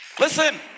listen